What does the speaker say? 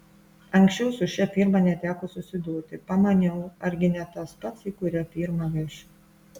anksčiau su šia firma neteko susidurti pamaniau argi ne tas pats į kurią firmą vešiu